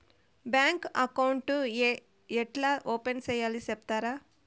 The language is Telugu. బ్యాంకు అకౌంట్ ఏ ఎట్లా ఓపెన్ సేయాలి సెప్తారా?